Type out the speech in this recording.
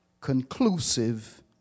conclusive